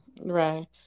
Right